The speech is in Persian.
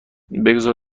بگذار